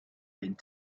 big